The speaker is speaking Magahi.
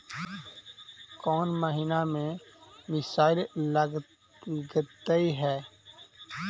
कौन महीना में मिसाइल लगते हैं?